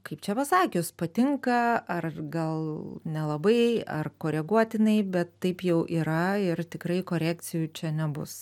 kaip čia pasakius patinka ar gal nelabai ar koreguotinai bet taip jau yra ir tikrai korekcijų čia nebus